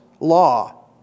law